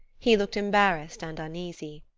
he looked embarrassed and uneasy.